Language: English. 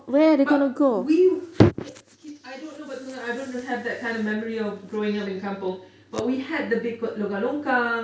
but we I don't know about I don't even have that kind of memory growing up in kampung but we had the big longkang-longkang